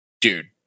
dude